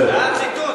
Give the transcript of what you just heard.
זה היה ציטוט,